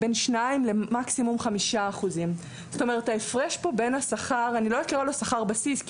בין 2% 5%. כלומר ההפרש בין השכר לא אקרא לו שכר בסיס כי